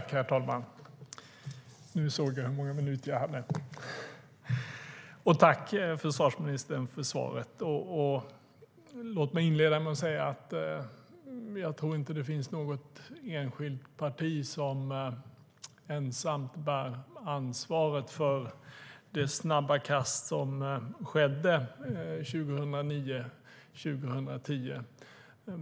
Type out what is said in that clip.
Herr talman! Jag tackar försvarsministern för svaret.< 10.